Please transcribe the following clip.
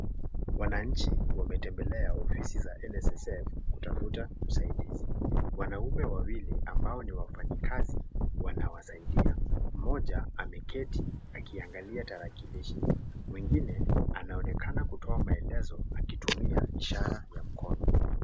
Wananchi wametembelea ofisi za NSSF kutafuta usaidizi. Wanaume wawili ambao ni wafanyakazi wanawasaidia. Mmoja ameketi akiangalia tarakilishi mwingine anaonekana kutoa maelezo akitumia ishara ya mkono.